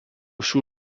šių